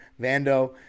Vando